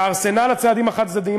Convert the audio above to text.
וארסנל הצעדים החד-צדדיים,